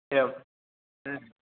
एवम्